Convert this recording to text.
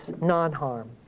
non-harm